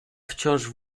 wciąż